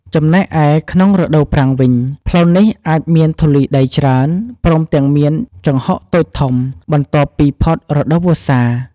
ចំណែកឯ ក្នុងរដូវប្រាំងវិញ ផ្លូវនេះអាចមានធូលីដីច្រើន ព្រមទាំងមានជង្ហុកតូចធំ បន្ទាប់ពីផុតរដូវវស្សា។